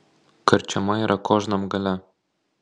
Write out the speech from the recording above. karčiama yra kožnam gale